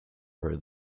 her